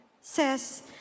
says